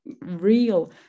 real